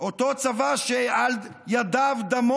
שעל ידיו דמו